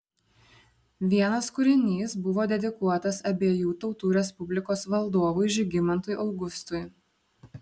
vienas kūrinys buvo dedikuotas abiejų tautų respublikos valdovui žygimantui augustui